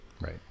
Right